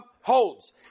holds